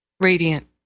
radiant